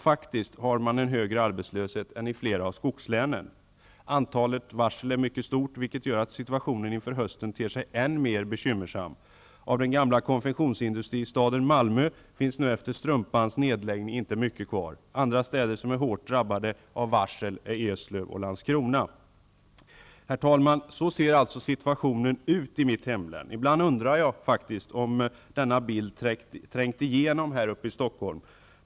Faktiskt har man en högre arbetslöshet än i flera av skoglänen. Antalet varsel är mycket stort, vilket gör att situationen inför hösten ter sig än mer bekymmersam. Av den gamla konfektionsindustristaden Malmö finns nu efter Strumpans nedläggning inte mycket kvar. Andra städer som är hårt drabbade av varsel är Eslöv och Landskrona. Herr talman! Så ser alltså situationen ut i mitt hemlän. Ibland undrar jag faktiskt om denna bild trängt igenom här uppe i Stockholm.